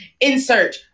insert